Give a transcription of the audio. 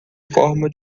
forma